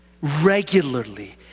regularly